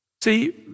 See